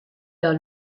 dans